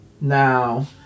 Now